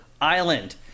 island